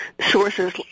sources